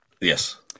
yes